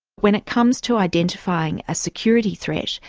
when it comes to identifying a security threat,